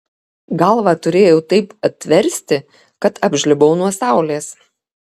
galvą turėjau taip atversti kad apžlibau nuo saulės